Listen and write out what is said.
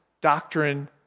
doctrine